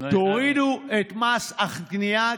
תורידו את מס הקנייה,